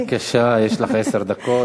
בבקשה, יש לך עשר דקות.